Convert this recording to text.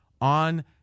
on